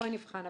בואי נבחן.